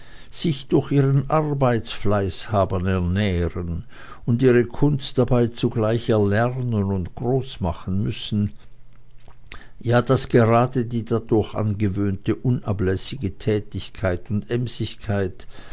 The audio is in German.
sich durch ihren arbeitsfleiß haben er nähren und ihre kunst dabei zugleich erlernen und großmachen müssen ja daß gerade die dadurch angewöhnte unablässige tätigkeit und emsigkeit